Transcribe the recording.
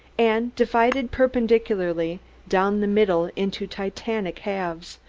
and divided perpendicularly down the middle into titanic halves,